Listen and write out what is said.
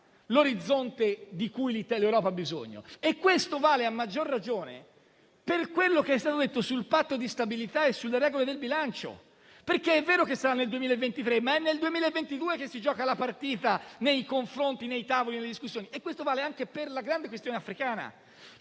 l'orizzonte di cui ha bisogno? Ciò vale, a maggior ragione, per ciò che è stato detto sul Patto di stabilità e sulle regole del bilancio. È vero infatti che sarà nel 2023, ma è nel 2022 che si gioca la partita nei confronti, nei tavoli e nelle discussioni. Ciò vale anche per la grande questione africana,